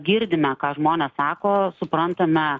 girdime ką žmonės sako suprantame